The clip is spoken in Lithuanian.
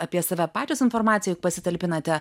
apie save pačios informacijoj pasitalpinate